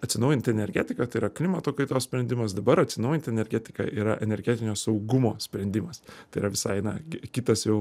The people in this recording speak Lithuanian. atsinaujinti energetika tai yra klimato kaitos sprendimas dabar atsinaujinti energetika yra energetinio saugumo sprendimas tai yra visai na ki kitas jau